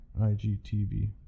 IGTV